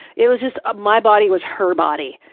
it was just ah my body was her body.